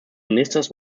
ministers